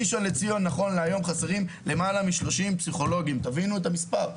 בראשון לציון חסרים למעלה מ-30 פסיכולוגים - תבינו את המספר.